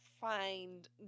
find